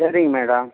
சரிங்க மேடம்